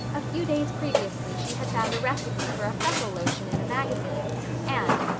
a few days previously she had found a recipe for a freckle lotion in a magazine and,